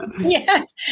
yes